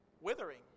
withering